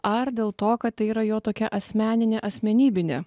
ar dėl to kad tai yra jo tokia asmeninė asmenybinė